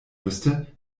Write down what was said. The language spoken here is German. müsste